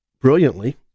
brilliantly